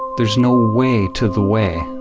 there's no way to the way.